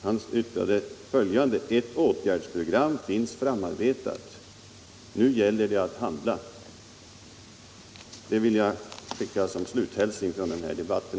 Han yttrade bl.a. följande: ”Ett åtgärdsprogram finns framarbetat. Nu gäller det att handla.” Det vill jag skicka som en sluthälsning från den här debatten.